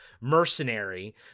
mercenary